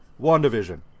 WandaVision